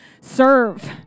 serve